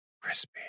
Crispy